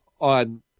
on